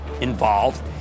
involved